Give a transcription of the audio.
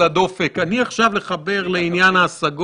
אני רואה הבדל בין מנכ"ל לבין שר.